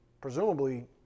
Presumably